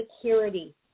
security